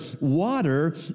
water